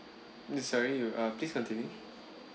sorry you uh please continue